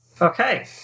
okay